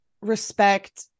respect